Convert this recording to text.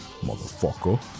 Motherfucker